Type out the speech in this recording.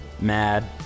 Mad